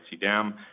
Dam